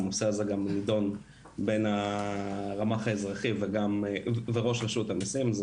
הנושא הזה גם נדון בין הרמ"ח האזרחי וגם עם ראש רשות המיסים.